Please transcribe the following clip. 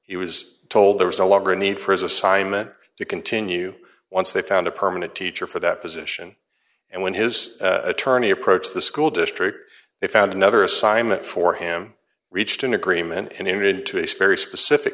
he was told there was no longer a need for his assignment to continue once they found a permanent teacher for that position and when his attorney approached the school district they found another assignment for him reached an agreement and ended to ace very specific